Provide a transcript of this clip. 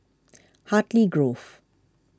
Hartley Grove